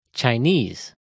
Chinese